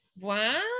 Wow